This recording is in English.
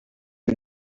you